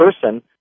person